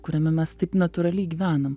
kuriame mes taip natūraliai gyvenam